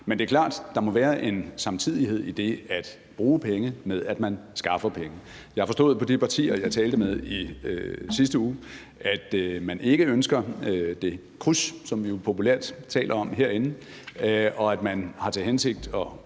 Men det er klart, at der må være en samtidighed i det at bruge penge og det at skaffe penge. Jeg har forstået på de partier, jeg talte med i sidste uge, at man ikke ønsker det kryds, som vi populært kalder det herinde, og at man har til hensigt at